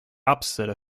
opposite